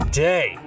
day